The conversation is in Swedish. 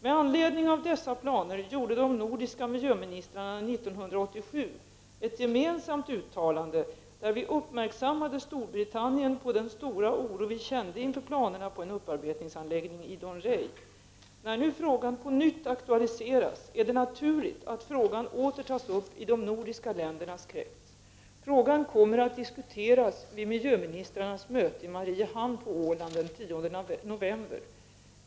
Med anledning av dessa planer gjorde de nordiska miljöministrarna 1987 ett gemensamt uttalande där vi uppmärksammade Storbritannien på den stora oro vi kände inför planerna på en upparbetningsanläggning i Dounreay. När nu frågan på nytt aktualiseras är det naturligt ätt frågan åter tas upp inom de nordiska ländernas krets. Frågan kommer att diskuteras vid miljöministrarnas möte i Mariehamn på Åland den 10 november.